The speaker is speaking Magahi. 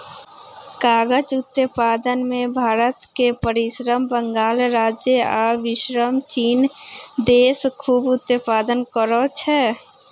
कागज़ उत्पादन में भारत के पश्चिम बंगाल राज्य आ विश्वमें चिन देश खूब उत्पादन करै छै